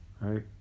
Right